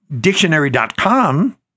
Dictionary.com